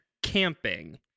camping